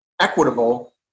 equitable